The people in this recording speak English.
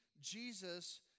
Jesus